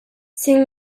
sin